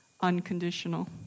unconditional